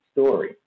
story